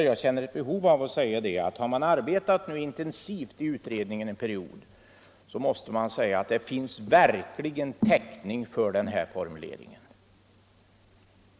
Jag känner då ett behov av att här deklararera, att om man under en period har arbetat intensivt i utredningen, så måste man verkligen säga att det finns täckning för den formuleringen.